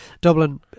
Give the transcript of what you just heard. Dublin